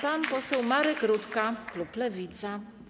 Pan poseł Marek Rutka, klub Lewica.